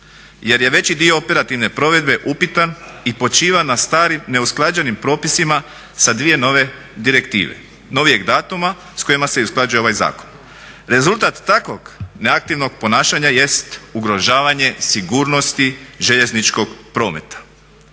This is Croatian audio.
jer je veći dio operativne provedbe upitan i počiva na starim neusklađenim propisima sa dvije nove direktive novijeg datuma s kojima se i usklađuje ovaj zakon. Rezultat takvog neaktivnog ponašanja jest ugrožavanje sigurnosti željezničkog prometa.